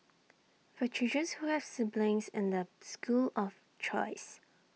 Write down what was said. for children who have siblings in their school of choice